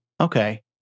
Okay